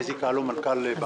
הדיון כאן הוא בדיחה או הצגה?